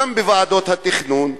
גם בוועדות התכנון,